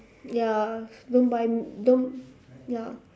ya don't buy don't ya